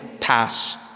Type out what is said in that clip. pass